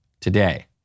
today